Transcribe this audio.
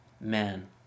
man